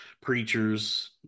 preachers